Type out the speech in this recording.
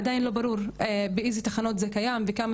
עדיין לא ברור באילו תחנות זה קיים וכמה